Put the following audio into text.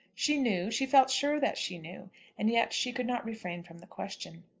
she knew she felt sure that she knew and yet she could not refrain from the question.